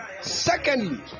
Secondly